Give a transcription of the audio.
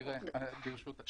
תראה, ברשותך, אפשר?